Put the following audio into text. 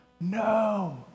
No